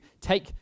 take